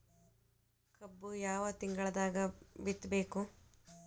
ಕಬ್ಬು ಯಾವ ತಿಂಗಳದಾಗ ಬಿತ್ತಬೇಕು?